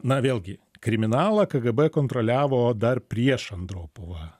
na vėlgi kriminalą kgb kontroliavo dar prieš andropovą